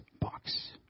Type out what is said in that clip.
box